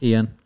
Ian